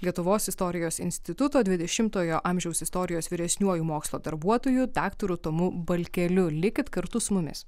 lietuvos istorijos instituto dvidešimtojo amžiaus istorijos vyresniuoju mokslo darbuotoju daktaru tomu balkeliu likit kartu su mumis